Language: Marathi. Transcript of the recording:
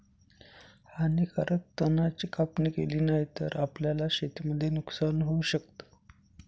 हानीकारक तणा ची कापणी केली नाही तर, आपल्याला शेतीमध्ये नुकसान होऊ शकत